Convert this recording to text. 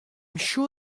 sure